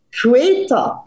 creator